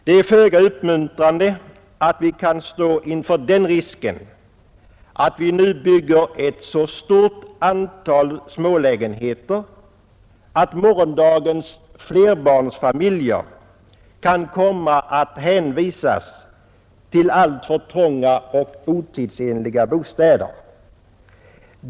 Det är föga uppmuntrande att vi kan stå inför den risken att vi nu bygger ett så stort antal smålägenheter att morgondagens flerbarnsfamiljer kan komma att hänvisas till alltför trånga och otidsenliga bostäder.